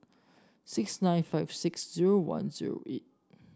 six nine five six zero one zero eight